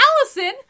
Allison